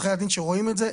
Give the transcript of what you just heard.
עורכי הדין שרואים את זה,